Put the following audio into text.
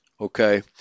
Okay